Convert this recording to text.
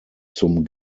zum